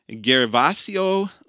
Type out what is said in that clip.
Gervasio